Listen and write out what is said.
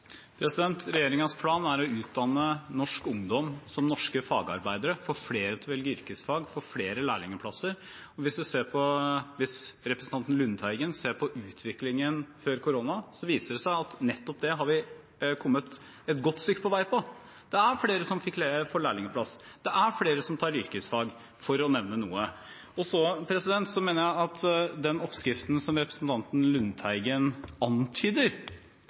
plan er å utdanne norsk ungdom som norske fagarbeidere – få flere til å velge yrkesfag, få flere lærlingplasser. Hvis representanten Lundteigen ser på utviklingen før korona, viser det seg at med nettopp det har vi kommet et godt stykke på vei. Det er flere som får lærlingplass, det er flere som tar yrkesfag, for å nevne noe. Jeg mener at den oppskriften som representanten Lundteigen antyder,